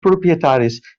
propietaris